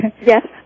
Yes